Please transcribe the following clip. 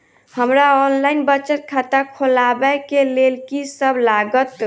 हमरा ऑनलाइन बचत खाता खोलाबै केँ लेल की सब लागत?